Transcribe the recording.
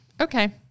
Okay